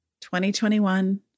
2021